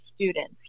students